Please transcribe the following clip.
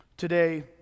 Today